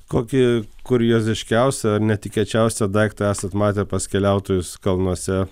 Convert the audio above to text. kokį kurioziškiausią ar netikėčiausią daiktą esat matę pas keliautojus kalnuose